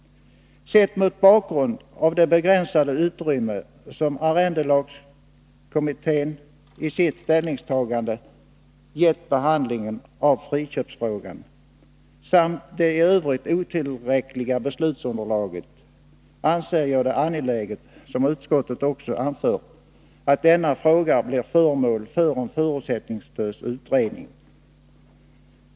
Sett mot bakgrund av det begränsade utrymme som arrendelagskommittén i sitt ställningstagande gett behandlingen av friköpsfrågan samt det i övrigt otillräckliga beslutsunderlaget anser jag det angeläget — som utskottet också anför — att denna fråga blir föremål för en förutsättningslös utredning.